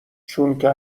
چونکه